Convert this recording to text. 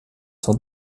sont